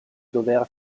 dover